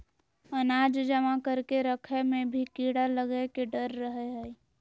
अनाज जमा करके रखय मे भी कीड़ा लगय के डर रहय हय